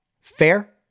Fair